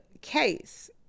case